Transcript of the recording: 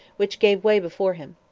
which gave way before him.